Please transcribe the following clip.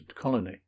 colony